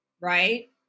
right